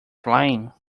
flying